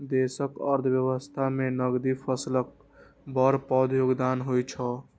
देशक अर्थव्यवस्था मे नकदी फसलक बड़ पैघ योगदान होइ छै